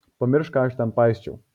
pamiršk ką aš ten paisčiau